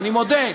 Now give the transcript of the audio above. ואני מודה,